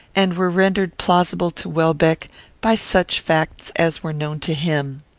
and were rendered plausible to welbeck by such facts as were known to him.